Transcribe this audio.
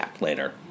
later